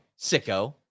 Sicko